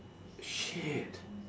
shit